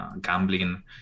gambling